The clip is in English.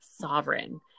sovereign